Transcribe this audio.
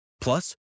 Plus